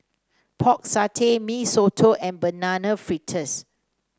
Pork Satay Mee Soto and Banana Fritters